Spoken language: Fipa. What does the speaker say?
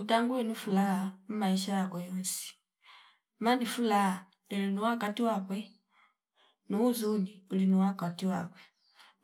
Utangu wene furaha mmaisha yakwe yonsi madi fulaha inenewa kati wakwe nuzuuni ulinwa kati wakwe